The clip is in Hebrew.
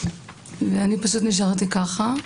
ואני פשוט נשארתי ככה.